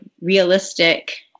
realistic